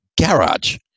garage